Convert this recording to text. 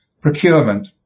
Procurement